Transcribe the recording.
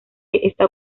está